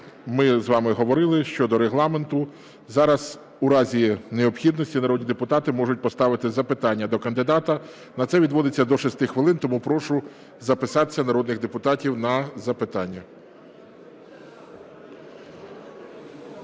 ми з вами говорили щодо Регламенту, зараз, у разі необхідності, народні депутати можуть поставити запитання до кандидата. На це відводиться до 6 хвилин, тому прошу записатися народних депутатів на запитання.